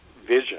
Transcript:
vision